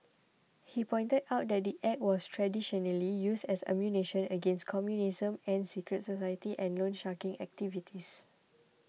he pointed out that the Act was traditionally used as ammunition against communism and secret society and loansharking activities